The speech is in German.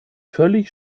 völlig